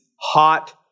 hot